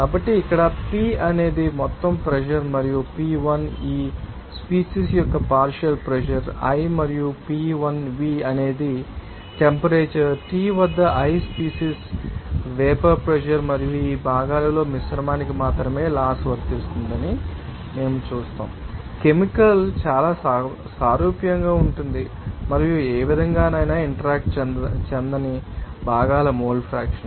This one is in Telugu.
కాబట్టి ఇక్కడ P అనేది మొత్తం ప్రెషర్ మరియు PI ఈ స్పీసీస్ యొక్క పార్షియల్ ప్రెషర్ i మరియు PIV అనేది టెంపరేచర్ T వద్ద I స్పీసీస్ వేపర్ ప్రెషర్ మరియు ఈ భాగాలలోని మిశ్రమానికి మాత్రమే లాస్ వర్తిస్తుందని మేము చూస్తాము కెమికల్ ికంగా చాలా సారూప్యంగా ఉంటుంది మరియు ఏ విధంగానైనా ఇంటరాక్ట్ చెందని భాగాల మోల్ ఫ్రాక్షన్